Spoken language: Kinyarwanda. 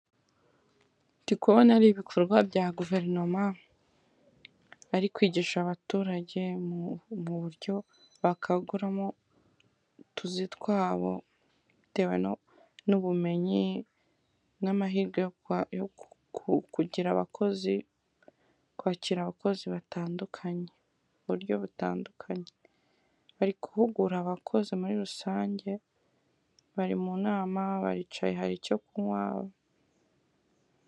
Ndi kubona ari ibikorwa bya guverinoma, ari kwigisha abaturage mu buryo bakwanguramo utuzi twabo, bitewe n'ubumenyi n'amahirwe yo kugira abakozi, kwakira abakozi batandukanye, mu buryo butandukanye. Bari guhugura abakozi muri rusange, bari mu nama, baricaye hari icyo kunywa.